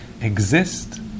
exist